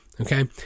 Okay